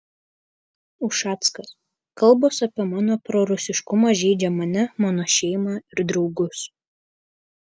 ušackas kalbos apie mano prorusiškumą žeidžia mane mano šeimą ir draugus